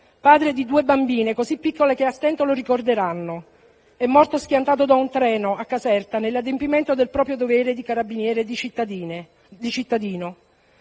padre di due bimbe così piccole che a stento lo ricorderanno. È morto schiantato da un treno a Caserta, nell'adempimento del proprio dovere di carabiniere e di cittadino.